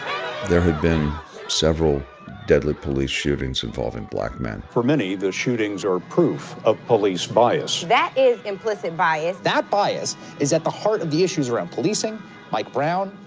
there had been several deadly police shootings involving black men for many, the shootings are proof of police bias that is implicit bias that bias is at the heart of the issues around policing mike brown,